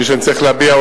שאני מוכן לצרף,